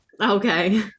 okay